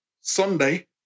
Sunday